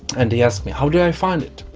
and he asked me how do i find it?